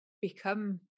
become